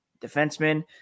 defenseman